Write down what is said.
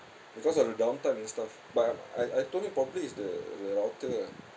because of the downtime and stuff but I I I told you probably is the the router ah